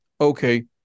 okay